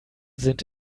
sind